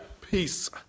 Peace